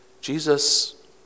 Jesus